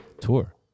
tour